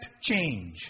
change